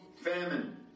famine